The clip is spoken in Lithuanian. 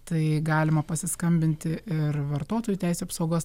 tai galima pasiskambinti ir vartotojų teisių apsaugos